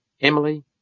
Emily